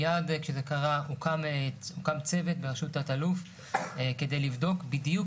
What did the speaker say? מיד כשזה קרה הוקם צוות בראשות תת-אלוף כדי לבדוק בדיוק